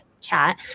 chat